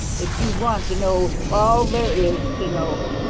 that you want to know all there is to know.